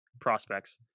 prospects